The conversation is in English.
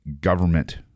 government